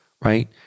Right